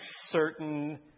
certain